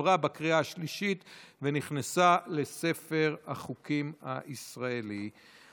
עברה בקריאה השלישית, ונכנסה לספר החוקים הישראלי.